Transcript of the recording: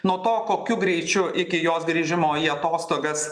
nuo to kokiu greičiu iki jos grįžimo į atostogas